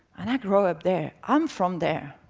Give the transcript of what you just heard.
and i grew up there. i'm from there.